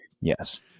Yes